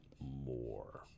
more